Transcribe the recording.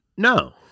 No